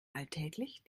alltäglich